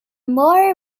more